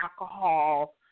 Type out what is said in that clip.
alcohol